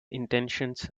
intentions